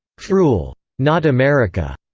cruel. not america.